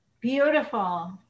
Beautiful